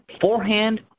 forehand